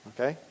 Okay